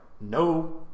No